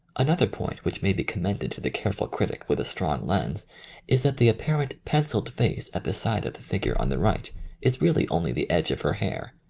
another point which may be commended to the careful critic with a strong lens is that the apparent pencilled face at the side of the figure on the right is really only the edge of her hair,